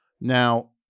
Now